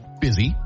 busy